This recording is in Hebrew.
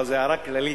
אבל זה הערה כללית,